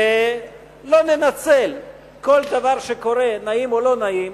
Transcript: ולא ננצל כל דבר שקורה, נעים או לא נעים,